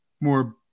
more